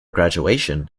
graduation